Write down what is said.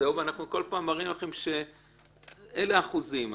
ובכל פעם אנחנו מראים לכם שאלה האחוזים.